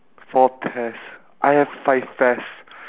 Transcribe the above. four pears I have five pears